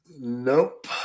Nope